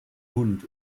hund